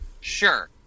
sure